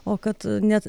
o kad net